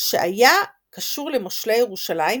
שהיה קשור למושלי ירושלים